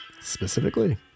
specifically